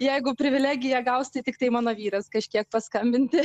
jeigu privilegija gaus tai tiktai mano vyras kažkiek paskambinti